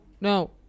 no